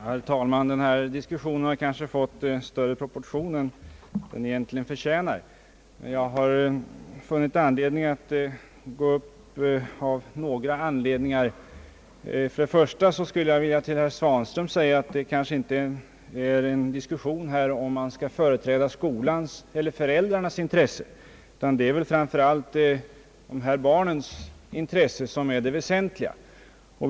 Herr talman! Denna diskussion har kanske fått större proportioner än den egentligen förtjänar. Men jag har ändå begärt ordet för att göra ett par tillägg. Till herr Svanström skulle jag vilja säga, att det kanske inte är en diskussion om huruvida man skall företräda skolans eller föräldrarnas intresse, utan framför allt en diskussion om hur man skall tillvarata barnens intresse, som här är det väsentliga.